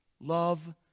Love